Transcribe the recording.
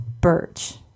birch